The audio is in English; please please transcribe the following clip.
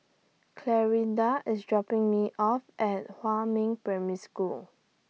Clarinda IS dropping Me off At Huamin Primary School